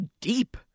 deep